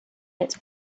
its